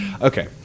Okay